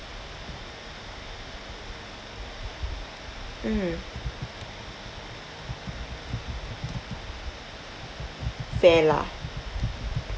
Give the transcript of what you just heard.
mm fair lah